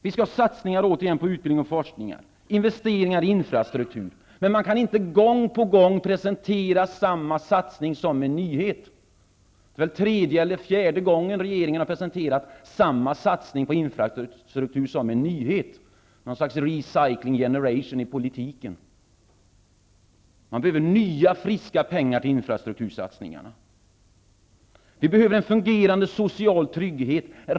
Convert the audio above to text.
Vi skall satsa på utbildning och forskning, på investeringar i infrastrukturen. Men man kan inte gång på gång presentera samma satsning som en nyhet. Det är tredje eller fjärde gången som regeringen har presenterat samma satsning på infrastruktur som en nyhet -- något slags ''Recycling Generation'' i politiken. Man behöver nya, friska pengar till infrastruktursatsningarna. Vi behöver en fungerande social trygghet.